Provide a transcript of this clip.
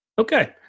Okay